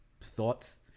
thoughts